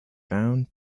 found